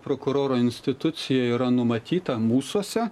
prokuroro institucija yra numatyta mūsuose